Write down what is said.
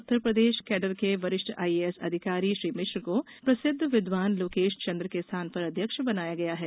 Uttar Pradesh cadre के वरिष्ठ IAS अधिकारी श्री मिश्र को प्रसिद्व विद्वान लोकेश चन्द्र के स्थान पर अध्यक्ष बनाया गया है